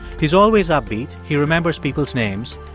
he's always upbeat. he remembers people's names.